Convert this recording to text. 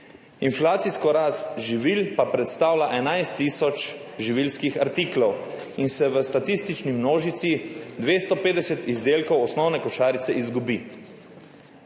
Inflacijsko rast živil pa predstavlja 11 tisoč živilskih artiklov in se v statistični množici 250 izdelkov osnovne košarice izgubi.